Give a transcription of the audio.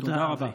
תודה רבה.